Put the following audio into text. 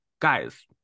guys